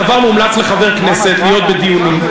דבר מומלץ לחבר כנסת להיות בדיונים,